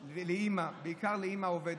המגזר הפרטי לא הכיר בזה, על חשבון העובד,